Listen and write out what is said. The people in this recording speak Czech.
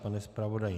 Pane zpravodaji?